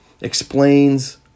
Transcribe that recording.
explains